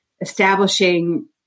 establishing